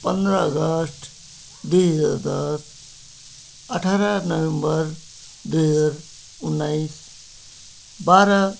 पन्ध्र अगस्त दुई हजार दस अठार नोभेम्बर दुई हजार उन्नाइस बाह्र